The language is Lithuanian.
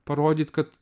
parodyt kad